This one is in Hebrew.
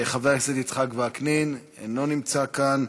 חבר הכנסת יצחק וקנין, אינו נמצא כאן.